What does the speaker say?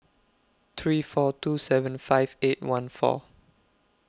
three four two seven five eight one four